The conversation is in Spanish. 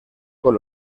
con